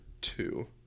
two